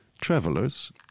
travelers